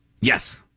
Yes